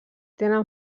tenen